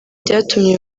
byatumye